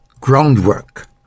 groundwork